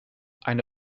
eine